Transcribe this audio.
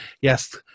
Yes